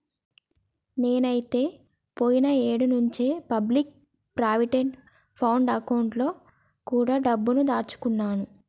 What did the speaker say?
నేనైతే పోయిన ఏడు నుంచే పబ్లిక్ ప్రావిడెంట్ ఫండ్ అకౌంట్ లో కూడా డబ్బుని దాచుకున్నాను